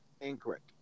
Incorrect